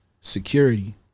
security